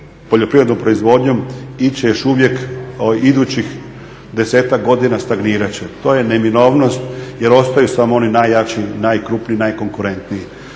poljoprivrednom proizvodnjom ići će još uvijek, idućih 10-ak godina stagnirati će. To je neminovnost jer ostaju samo oni najjačiji, najkrupniji, najkonkurentniji.